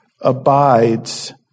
abides